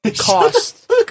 cost